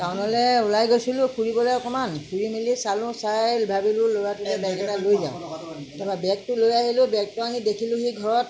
টাউনলৈ ওলাই গৈছিলোঁ ফুৰিবলৈ অকণমান ফুৰি মেলি চালোঁ চাই ভাবিলোঁ ল'ৰাটোলৈ বেগ এটা লৈ যাওঁ তাৰপৰা বেগটো লৈ আহিলোঁ বেগটো আনি দেখিলোহি ঘৰত